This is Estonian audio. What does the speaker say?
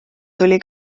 tuli